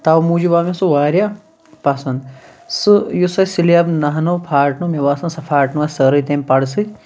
تَوَے موٗجوٗب آو مےٚ سُہ واریاہ پسنٛد سُہ یۄس اَسہِ سِلیب نَہنٲو پھاٹنٲو مےٚ باسان سۄ پھاٹنٲو اَسہِ سٲرٕے تَمہِ پَڑٕ سۭتۍ